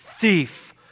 thief